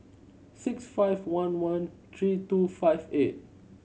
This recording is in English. six five one one three two five eight